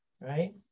right